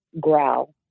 growl